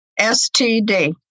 STD